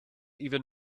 even